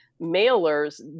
mailers